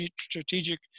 Strategic